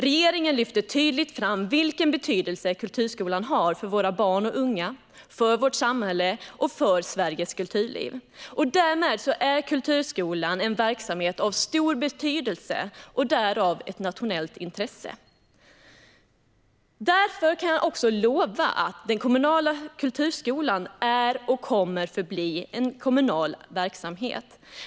Regeringen lyfter tydligt fram vilken betydelse kulturskolan har för våra barn och unga, för vårt samhälle och för Sveriges kulturliv. Därför är kulturskolan en verksamhet av stor betydelse och därmed av nationellt intresse, och därför kan jag lova att den kommunala kulturskolan är och kommer att förbli en kommunal verksamhet.